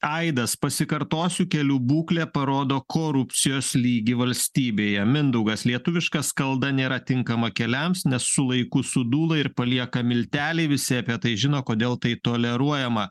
aidas pasikartosiu kelių būklė parodo korupcijos lygį valstybėje mindaugas lietuviška skalda nėra tinkama keliams nes su laiku sudūla ir palieka milteliai visi apie tai žino kodėl tai toleruojama